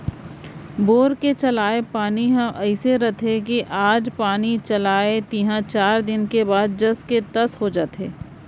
bore के चलाय पानी ह अइसे रथे कि आज पानी चलाइस तिहॉं चार दिन के गए ले जस के तस हो जाथे